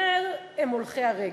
לבתי-חולים בעקבות מעורבות בתאונות דרכים.